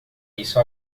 isso